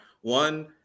One